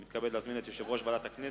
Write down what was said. אני מתכבד להזמין את יושב-ראש ועדת הכנסת,